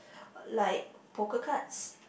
like poker cards